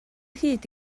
hyd